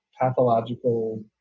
pathological